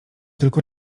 tylko